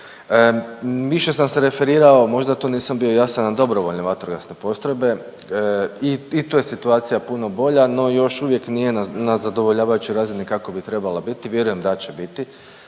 Više sam se referirao, možda to nisam bio jasan, na dobrovoljne vatrogasne postrojbe. I tu je situacija puno bolja, no još uvijek nije na zadovoljavajućoj razini kako bi trebala biti. Vjerujem da će biti.